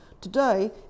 Today